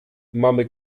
mamy